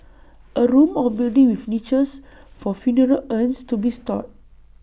A room or building with niches for funeral urns to be stored